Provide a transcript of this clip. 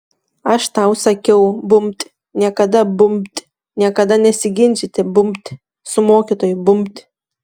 aš tau sakiau bumbt niekada bumbt niekada nesiginčyti bumbt su mokytoju bumbt